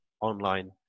online